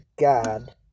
God